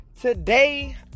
today